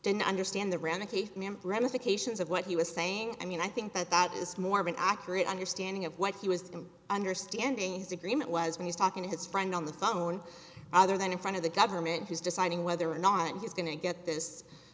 didn't understand the remicade ramifications of what he was saying i mean i think that that is more of an accurate understanding of what he was and understanding his agreement was when he's talking to his friend on the phone rather than in front of the government who's deciding whether or not he's going to get this